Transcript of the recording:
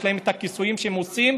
יש להם את הכיסויים שהם עושים,